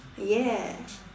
ya